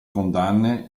condanne